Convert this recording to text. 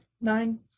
Nine